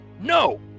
No